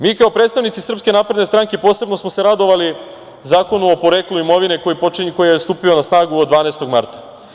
Mi kao predstavnici SNS posebno smo se radovali Zakonu o poreklu imovine, koji je stupio na snagu od 12. marta.